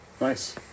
Nice